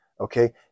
okay